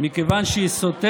מה, שיש מי שחושב